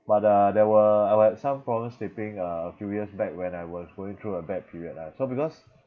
but uh there were I will have some problem sleeping uh a few years back when I was going through a bad period lah so because